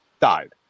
died